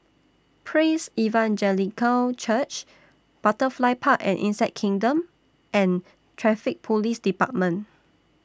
Praise Evangelical Church Butterfly Park and Insect Kingdom and Traffic Police department